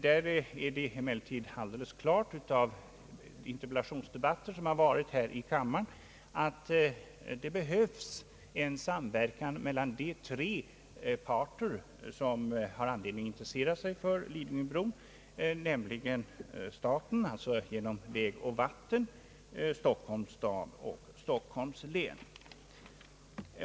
Det är emellertid alldeles klart efter en interpellationsdebatt här i kammaren att det behövs en samverkan mellan de tre parter som har anledning att intressera sig för Lidingöbron, nämligen staten — genom vägoch vattenbyggnadsstyrelsen — Stockholms stad och Stockholms län.